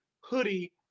hoodie